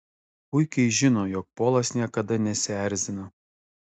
puikiai žino jog polas niekada nesierzina